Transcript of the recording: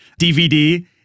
DVD